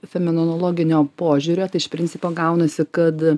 femenenologinio požiūrio tai iš principo gaunasi kad